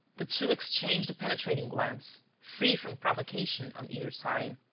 the two exchanged a penetrating glance, free from provocation on either side,